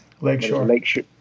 Lakeshore